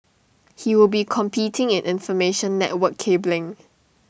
he will be competing in information network cabling